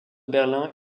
berlin